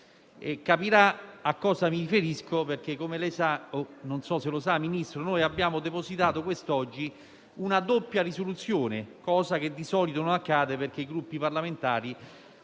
Capirà a cosa mi riferisco, perché, come forse sa, signor Ministro, abbiamo depositato oggi una doppia risoluzione, cosa che di solito non accade, perché i Gruppi parlamentari